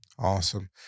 Awesome